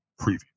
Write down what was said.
preview